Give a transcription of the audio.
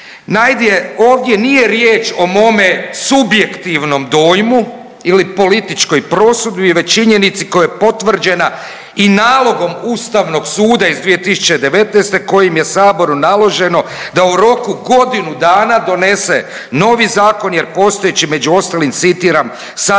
ovdje nije riječ o mome subjektivnom dojmu ili političkoj prosudbi već činjenici koja je potvrđena i nalogom Ustavnog suda iz 2019. kojim je Saboru naloženo da u roku od godinu dana donese novi zakon jer postojeći među ostalim citiram sadrži